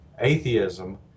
atheism